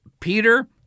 Peter